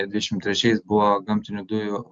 dvidešimt trečiais buvo gamtinių dujų